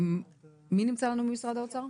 מי נמצא איתנו ממשרד האוצר?